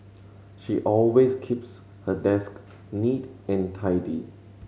she always keeps her desk neat and tidy